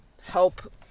Help